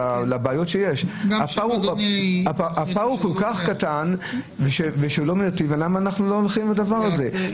הפער הוא כל כך קטן ולמה אנחנו לא הולכים עם הדבר הזה?